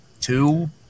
two